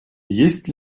есть